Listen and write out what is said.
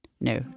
No